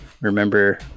remember